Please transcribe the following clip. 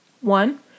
One